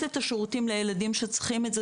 את השירותים לילדים שצריכים את זה.